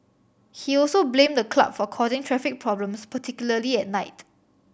he also blamed the club for causing traffic problems particularly at night